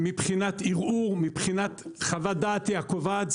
מבחינת ערעור, מבחינת חוות הדעת הקובעת.